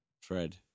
Fred